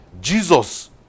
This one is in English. Jesus